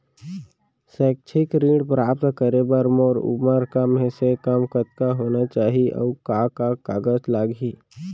शैक्षिक ऋण प्राप्त करे बर मोर उमर कम से कम कतका होना चाहि, अऊ का का कागज लागही?